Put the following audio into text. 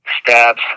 stabs